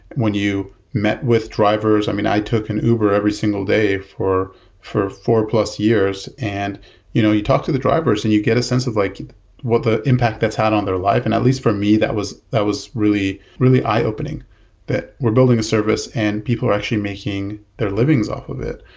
when you met with drivers. i mean, i took an uber every single day for four plus years, and you know you talk to the drivers and you get a sense of like what the impact that's had on their life. and at least, for me, that was that was really really eye-opening that we're building a service and people are actually making their livings off of it.